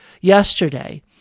yesterday